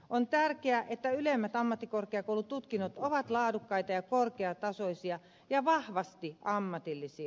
on tärkeää että ylemmät ammattikorkeakoulututkinnot ovat laadukkaita ja korkeatasoisia ja vahvasti ammatillisia